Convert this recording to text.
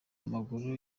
amaguru